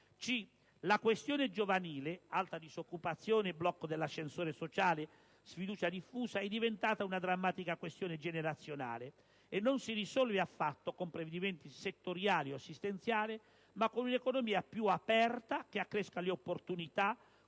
La «questione giovanile» - alta disoccupazione, blocco dell'ascensore sociale, sfiducia diffusa - è diventata una drammatica questione generazionale, e non si risolve affatto con provvedimenti settoriali o assistenziali, ma con un'economia più aperta che accresca le opportunità,